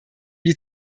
die